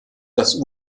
das